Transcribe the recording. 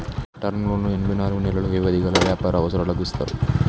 term లోన్లు ఎనభై నాలుగు నెలలు వ్యవధి గల వ్యాపార అవసరాలకు ఇస్తారు